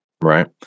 Right